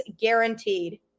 guaranteed